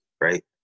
right